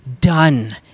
done